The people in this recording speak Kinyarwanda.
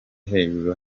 hejuru